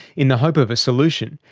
in the hope of a solution,